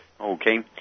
Okay